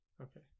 okay